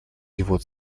его